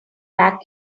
back